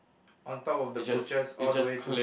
on top of the butchers all the way to